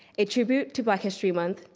a tribute to black history month,